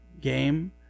game